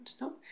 no